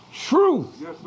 truth